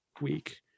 week